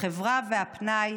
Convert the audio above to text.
החברה והפנאי,